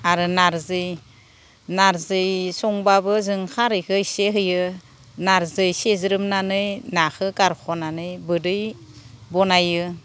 आरो नार्जि संबाबो जों खारैखौ एसे होयो नार्जि एसे होज्रोमनानै नाखौ गारख'नानै बिदै बानायो